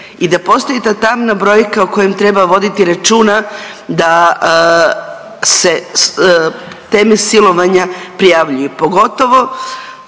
I da postoji ta tamna brojka o kojem treba voditi računa da se teme silovanja prijavljuju. Pogotovo